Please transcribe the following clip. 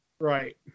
Right